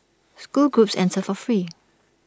school groups enter for free